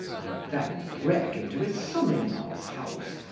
and then breake into his sonne in lawes house,